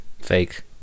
Fake